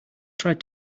tried